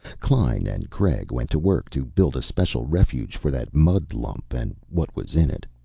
klein and craig went to work to build a special refuge for that mud lump and what was in it.